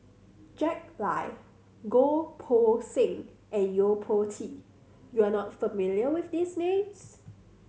Jack Lai Goh Poh Seng and Yo Po Tee you are not familiar with these names